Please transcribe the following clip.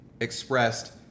expressed